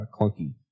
clunky